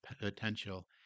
potential